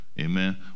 Amen